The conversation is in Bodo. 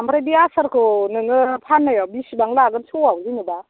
ओमफ्राय बे आसारखौ नोङो फान्नायाव बेसेबां लागोन स'आव जेनेबा